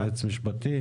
יועץ משפטי,